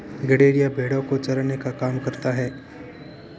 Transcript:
गड़ेरिया भेड़ो को चराने का काम करता है